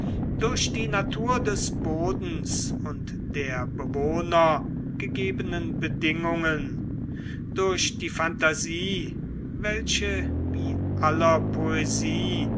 durch die natur des bodens und der bewohner gegebenen bedingungen durch die phantasie welche wie aller poesie